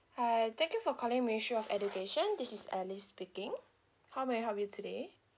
hi thank you for calling ministry of education this is alice speaking how may I help you today